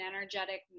energetic